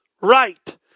right